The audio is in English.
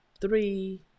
three